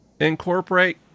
incorporate